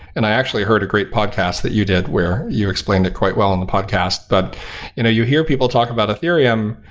and i actually heard a great podcast that you did where you explained it quite well in the podcast. but you know you hear people talk about ethereum.